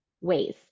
ways